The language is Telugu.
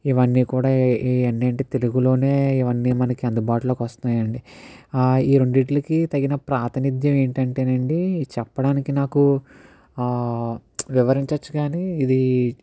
ఇవన్నీ కూడా ఏ అన్నింటి తెలుగులోనే ఇవన్నీ మనకి అందుబాటులోకి వస్తున్నాయి అండి ఈ రెండిటికీ తగిన ప్రాతినిధ్యం ఏమిటంటే అండి చెప్పడానికి నాకు వివరించ వచ్చు కానీ ఇది